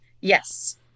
Yes